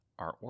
artwork